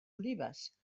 olives